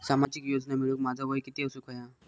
सामाजिक योजना मिळवूक माझा वय किती असूक व्हया?